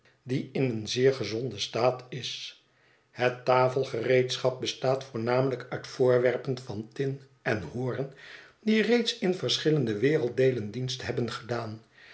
die in een zeer gezonden staat is het tafelger eedschap bestaat voornamelijk uit voorwerpen van tin en hoorn die reeds in verschillende werelddéelen dienst hebben gedaan